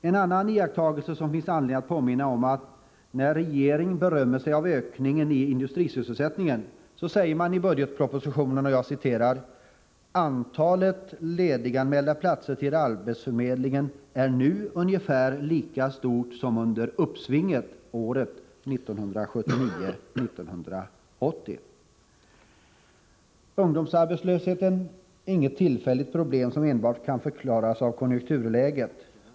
En annan iakttagelse som det finns anledning att påminna om är att när regeringen berömmer sig av ökningen i industrisysselsättning, så säger man i budgetpropositionen: ”Antalet lediganmälda platser till arbetsförmedlingen är nu ungefär lika stort som under uppsvinget åren 1979-1980.” Ungdomsarbetslösheten är inget tillfälligt problem, som enbart kan förklaras av konjunkturläget.